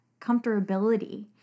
comfortability